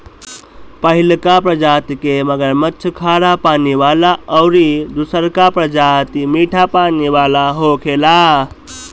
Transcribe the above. पहिलका प्रजाति के मगरमच्छ खारा पानी वाला अउरी दुसरका प्रजाति मीठा पानी वाला होखेला